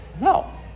No